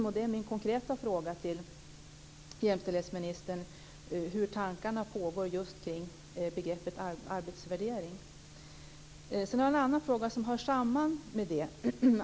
Då är min konkreta fråga till jämställdhetsministern hur tankarna är kring begreppet arbetsvärderingen. Min andra fråga hör samman med detta.